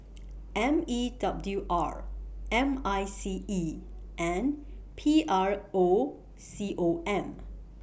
M E W R M I C E and P R O C O M